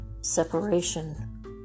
separation